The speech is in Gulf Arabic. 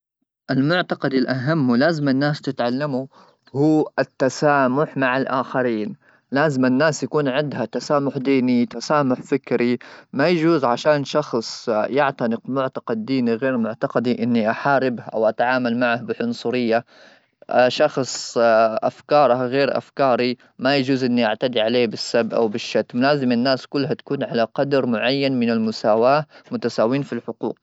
المعتقد الاهم ملازم الناس تتعلموا هو التسامح مع الاخرين لازم الناس يكون عندها تسامح ديني, تسامح فكري ما يجوز عشان شخص يعتنق معتقد ديني غير معتقدي اني احارب او اتعامل معه بحن افكارها غير افكاري ,ما يجوز ان يعتدي عليه بالسب او بالشتم لازم الناس كلها تكون على قدر معين من المساواه متساويين في الحقوق.